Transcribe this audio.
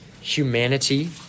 humanity